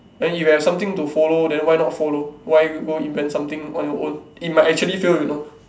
then you have something to follow then why not follow why go invent something on your own it might actually fail you know